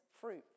fruit